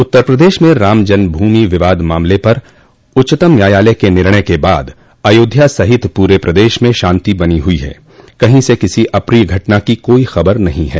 उत्तर प्रदेश में रामजन्म भूमि विवाद मामले पर उच्चतम न्यायालय के निर्णय के बाद अयोध्या सहित पूरे प्रदेश में शांति बनी हुई है कहीं से किसी अप्रिय घटना की कोई खबर नहीं है